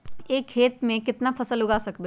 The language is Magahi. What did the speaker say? एक खेत मे केतना फसल उगाय सकबै?